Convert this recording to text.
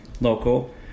local